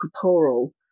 corporal